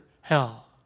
hell